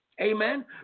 Amen